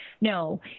no